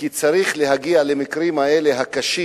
כי צריך להגיע למקרים הקשים